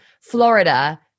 florida